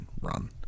run